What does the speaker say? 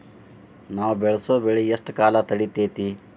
ನಾವು ಬೆಳಸೋ ಬೆಳಿ ಎಷ್ಟು ಕಾಲ ತಡೇತೇತಿ?